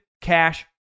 Cash